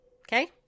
Okay